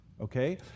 okay